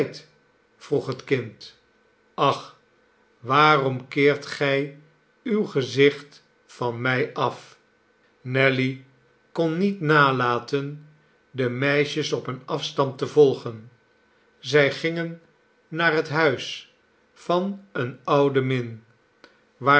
vroeg het kind ach waarom keert gij uw gezicht van mij af nelly kon niet nalaten de meisjes op een afstand te volgen zij gingen naar het huis van eene oude min